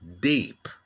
deep